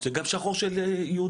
זה גם שחור של יהודים.